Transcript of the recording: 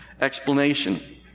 Explanation